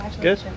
good